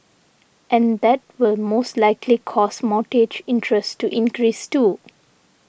and that will most likely cause mortgage interest to increase too